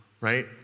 right